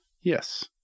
Yes